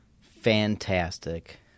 Fantastic